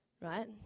Right